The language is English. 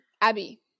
Abby